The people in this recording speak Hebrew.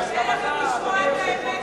קשה לכם לשמוע את האמת,